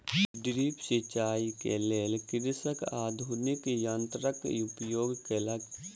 drip सिचाई के लेल कृषक आधुनिक यंत्रक उपयोग केलक